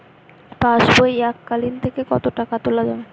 পাশবই এককালীন থেকে কত টাকা তোলা যাবে?